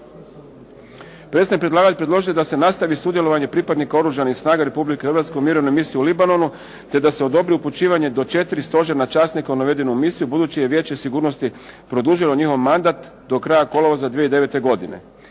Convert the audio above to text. Predstavnik predlagatelja predložio je da se nastavi sudjelovanje pripadnika Oružanih snaga Republike Hrvatske u Mirovnoj misiji u Libanonu, te da se odobri upućivanje do 4 stožerna časnika u navedenu misiju, budući da je vijeće sigurnosti produžilo njihov mandat do kraja kolovoza 2009. godine.